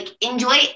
enjoy